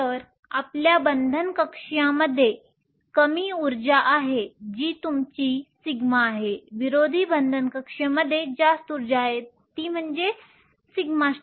तर आपल्या बंधन कक्षीयमध्ये कमी उर्जा आहे जी तुमची σ आहे विरोधी बंधन कक्षीय मध्ये जास्त ऊर्जा आहे ती म्हणजे σ